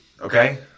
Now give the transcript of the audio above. okay